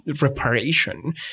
reparation